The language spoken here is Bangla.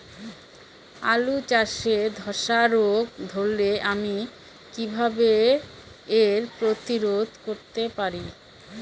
আলু চাষে ধসা রোগ ধরলে আমি কীভাবে এর প্রতিরোধ করতে পারি?